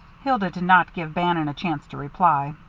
hilda did not give bannon a chance to reply.